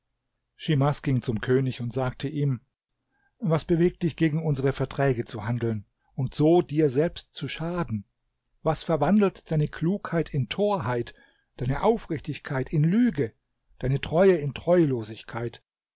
schimas ging zum könig und sagte ihm was bewegt dich gegen unsere verträge zu handeln und so dir selbst zu schaden was verwandelt deine klugheit in torheit deine aufrichtigkeit in lüge deine treue in